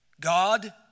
God